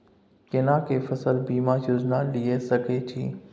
केना के फसल बीमा योजना लीए सके छी?